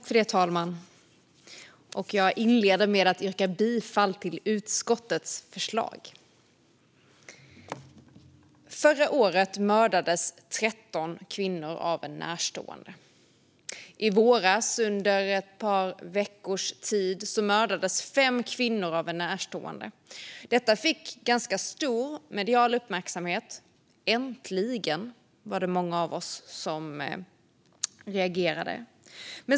Fru talman! Jag inleder med att yrka bifall till utskottets förslag. Förra året mördades 13 kvinnor av en närstående. I våras, under ett par veckors tid, mördades 5 kvinnor av en närstående. Detta fick ganska stor medial uppmärksamhet. Äntligen! Så reagerade många av oss på det.